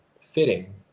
fitting